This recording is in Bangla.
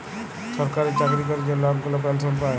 ছরকারি চাকরি ক্যরে যে লক গুলা পেলসল পায়